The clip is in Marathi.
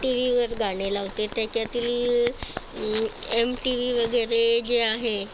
टी वीवर गाणे लावते त्याच्यातील ए एम टी वी वगैरे जे आहे